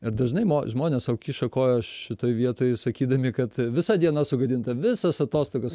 ir dažnai mo žmones o kiša koją šitoj vietoj sakydami kad visa diena sugadinta visos atostogos